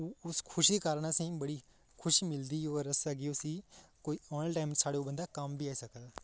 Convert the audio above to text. उस खुशी दे कारण असें ई बड़ी खुशी मिलदी और असें कि उसी औनै आह्ले टाइम साढ़े कम्म बी आई सकै दा